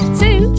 two